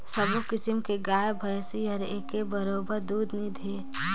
सबो किसम के गाय भइसी हर एके बरोबर दूद नइ दे